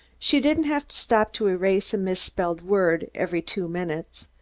she didn't have to stop to erase a misspelled word every two minutes.